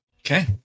Okay